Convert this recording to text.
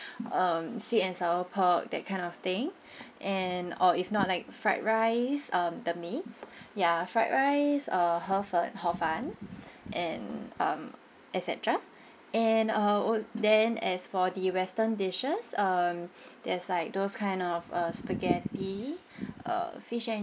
um sweet and sour pork that kind of thing and or if not like fired rice um the meats ya fried rice uh 河粉 hor fun and um et cetera and uh al~ then as for the western dishes um there is like those kind of err spaghetti err fish and